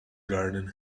garden